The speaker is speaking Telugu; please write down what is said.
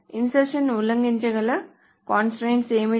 ఇన్సర్షన్ ఉల్లంఘించగల కన్స్ట్రయిన్స్ ఏమిటి